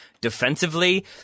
defensively